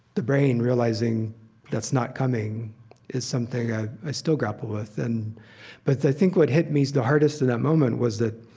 the brain realizing that's not coming is something i i still grapple with. and but i think what hit me the hardest in that moment was that